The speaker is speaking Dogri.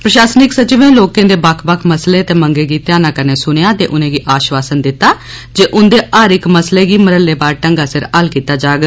प्रशासनिक सचिवें लोकें दे बक्ख बक्ख मसले ते मंगें गी ध्यान कन्नै सुनेआ ते उनेंगी आश्वासन दित्ता जे उन्दे हर इक मसले गी मरहलेवार ढंगा सिर हल कीता जाग